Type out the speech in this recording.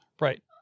right